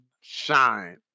shine